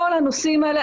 כל הנושאים האלה,